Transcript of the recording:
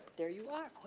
there you are.